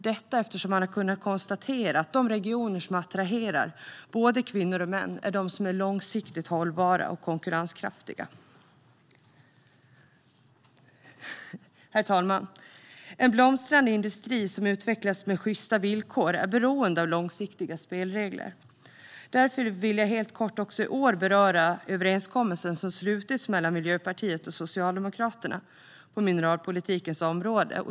Detta görs eftersom man har kunnat konstatera att de regioner som attraherar både kvinnor och män är de som är långsiktigt hållbara och konkurrenskraftiga. Herr talman! En blomstrande industri som utvecklas med sjysta villkor är beroende av långsiktiga spelregler. Därför vill jag helt kort också i år beröra den överenskommelse som slutits mellan Miljöpartiet och Socialdemokraterna på mineralpolitikens område.